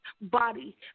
body